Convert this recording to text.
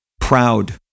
proud